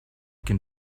can